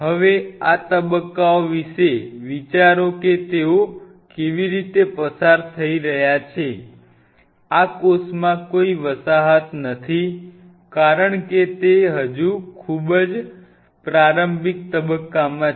હવે આ તબક્કાઓ વિશે વિચારો કે તેઓ કેવી રીતે પસાર થઈ રહ્યા છે આ કોષોમાં કોઈ વસાહત નથી કારણ કે તે હજુ પણ ખૂબ જ પ્રારંભિક તબક્કામાં છે